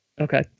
Okay